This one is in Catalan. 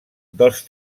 dels